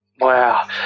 Wow